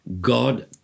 God